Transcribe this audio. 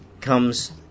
comes